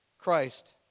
Christ